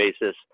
basis